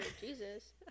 Jesus